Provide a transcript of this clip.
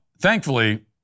thankfully